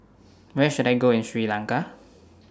Where should I Go in Sri Lanka